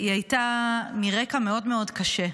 היא הייתה מרקע מאוד מאוד קשה,